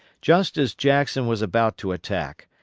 just as jackson was about to attack,